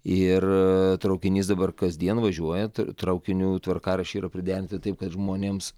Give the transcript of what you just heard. ir traukinys dabar kasdien važiuoja traukinių tvarkaraščiai yra priderinti taip kad žmonėms